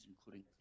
including